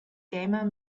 gamer